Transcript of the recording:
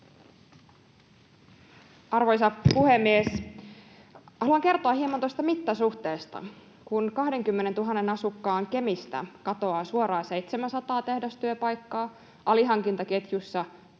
Arvoisa puhemies! Haluan kertoa hieman tuosta mittasuhteesta. Kun 20 000 asukkaan Kemistä katoaa suoraan 700 tehdastyöpaikkaa, alihankintaketjussa